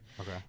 Okay